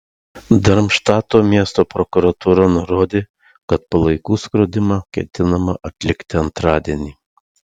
darmštato miesto prokuratūra nurodė kad palaikų skrodimą ketinama atlikti antradienį